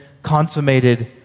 consummated